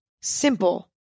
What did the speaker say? simple